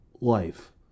Life